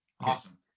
awesome